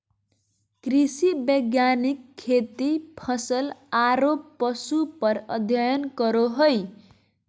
कृषि वैज्ञानिक खेती, फसल आरो पशु पर अध्ययन करो हइ